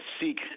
seek